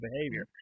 behavior